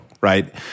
Right